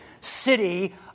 city